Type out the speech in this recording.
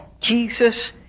Jesus